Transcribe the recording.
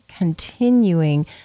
continuing